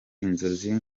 inzozi